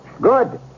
Good